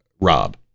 Rob